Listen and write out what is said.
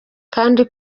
kandi